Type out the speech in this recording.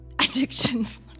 addictions